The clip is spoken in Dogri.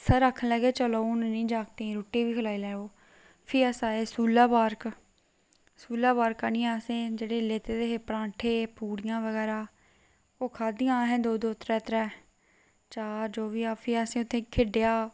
सर आक्खन लगे चलो हून इ'नें जागतें गी रुट्टी बी खलाई लैओ भी अस आए सोह्ला पार्क सोह्ला पार्क आनियै असें जेहड़ा लैते दे हे परांठे पूड़ियां बगैरा ओह् खाद्धियां असें दो दो त्रै त्रै चार जो बी ऐहा फिर असें उत्थै खेढेआ